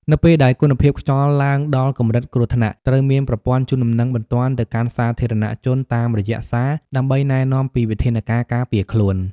នៅពេលដែលគុណភាពខ្យល់ឡើងដល់កម្រិតគ្រោះថ្នាក់ ត្រូវមានប្រព័ន្ធជូនដំណឹងបន្ទាន់ទៅកាន់សាធារណជនតាមរយៈសារ ដើម្បីណែនាំពីវិធានការការពារខ្លួន។